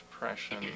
depression